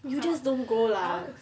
you just don't go lah